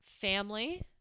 family